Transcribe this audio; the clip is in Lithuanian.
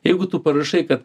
jeigu tu parašai kad